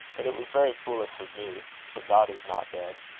but it was very foolish of me, for god is not dead.